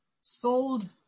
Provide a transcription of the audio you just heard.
sold